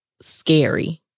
scary